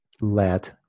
let